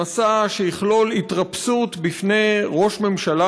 למסע שיכלול התרפסות בפני ראש הממשלה